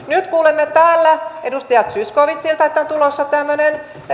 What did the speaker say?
nyt kuulemme täällä edustaja zyskowiczilta että on tulossa tämmöinen